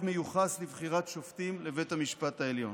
מיוחס לבחירת שופטים לבית המשפט העליון.